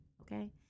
okay